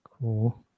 Cool